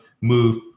move